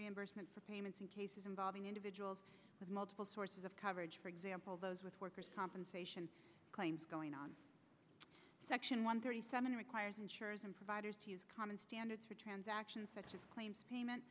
reimbursement for payments in cases involving individuals with multiple sources of coverage for example those with workers compensation claims going on section one thirty seven requires insurers and providers to use common standards for transactions such as claims payment